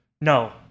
no